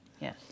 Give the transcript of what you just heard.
Yes